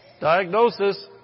diagnosis